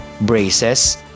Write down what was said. Braces